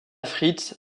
fritz